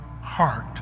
heart